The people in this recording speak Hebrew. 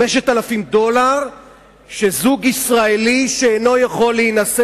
5,000 דולר שזוג ישראלי שאינו יכול להינשא